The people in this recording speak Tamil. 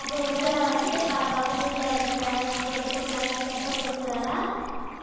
அப்போது உடலில் வந்து பல பகுதியில் இருக்கிற கொழுப்புக்கள் கெட்ட கொழுப்புகளெலாம்